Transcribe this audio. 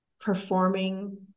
performing